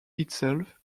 itself